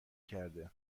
کرده